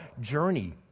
journey